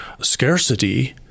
scarcity